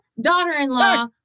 daughter-in-law